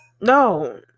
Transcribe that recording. No